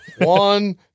one